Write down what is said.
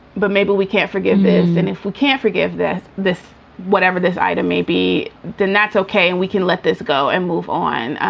but maybe we can't forgive if and if we can't forgive that this whatever this idea may be, then that's ok. and we can let this go and move on,